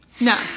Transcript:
No